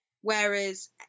Whereas